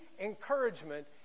encouragement